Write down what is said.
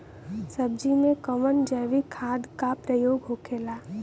सब्जी में कवन जैविक खाद का प्रयोग होखेला?